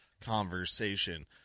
conversation